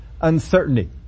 uncertainty